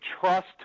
trust